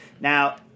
Now